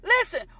listen